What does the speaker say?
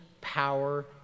power